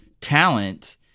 talent